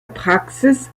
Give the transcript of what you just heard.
praxis